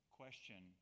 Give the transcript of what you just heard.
question